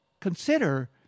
consider